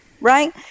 right